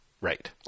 Right